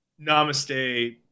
namaste